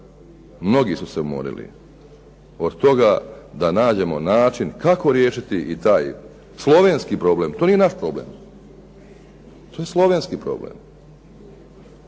Mnogi su se umorili od toga da nađemo način kako riješiti i taj slovenski problem. To nije naš problem. To je slovenski problem.